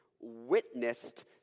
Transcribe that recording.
witnessed